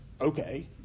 Okay